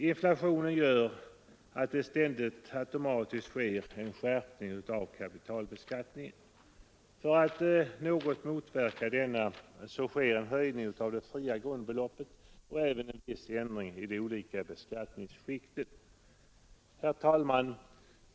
Inflationen gör att det ständigt automatiskt sker en skärpning av kapitalbeskattningen. För att något motverka denna så föreslås en höjning av det fria grundbeloppet och även en viss ändring i de olika beskattningsskikten. Herr talman!